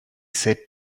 said